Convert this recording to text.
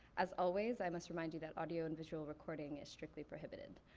as always, i must remind you that audio and visual recording is strictly prohibited.